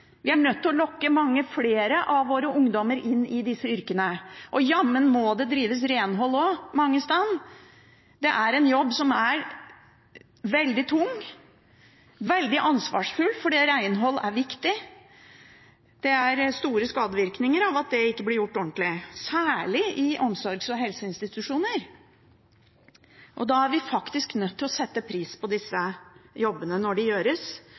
Vi er nødt til å lokke mange flere av våre ungdommer inn i disse yrkene. Og jammen må det òg drives renhold mange steder. Det er en jobb som er veldig tung, veldig ansvarsfull, fordi renhold er viktig. Det er store skadevirkninger av at det ikke blir gjort ordentlig, særlig i omsorgs- og helseinstitusjoner. Da er vi faktisk nødt til å sette pris på disse jobbene når de gjøres,